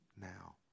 now